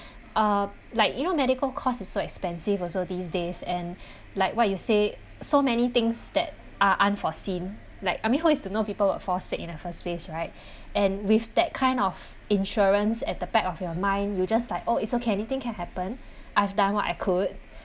uh like you know medical cost is so expensive also these days and like what you say so many things that are unforeseen like I mean who is to know people will fall sick in the first place right and with that kind of insurance at the back of your mind you just like oh it's okay anything can happen I've done what I could